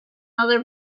other